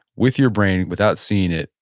with your brain, without seeing it,